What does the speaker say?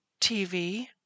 TV